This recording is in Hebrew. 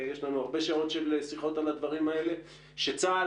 יש לנו הרבה שעות של שיחות על הדברים האלה שצה"ל